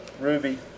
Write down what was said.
Ruby